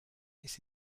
its